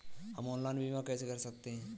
हम ऑनलाइन बीमा कैसे कर सकते हैं?